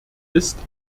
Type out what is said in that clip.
ist